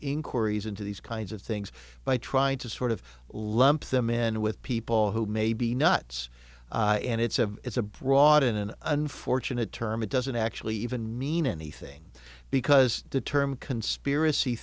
inquiries into these kinds of things by trying to sort of lump them in with people who may be nuts and it's a it's a broad in an unfortunate term it doesn't actually even mean anything because the term conspiracy